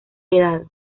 heredado